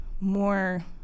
more